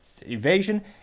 evasion